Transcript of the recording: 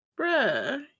bruh